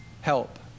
help